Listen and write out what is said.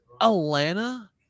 Atlanta